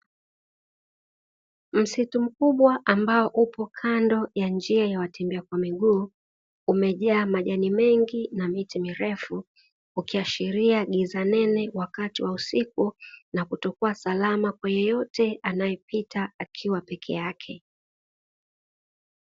Msitu mkubwa ambao upo kando ya njia ya watembea kwa miguu, umejaa majani mengi na miti mirefu ukiashiria giza nene wakati wa usiku, na kutokuwa salama kwa yeyote anayepita akiwa peke yake.